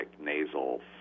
nasal